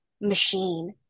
machine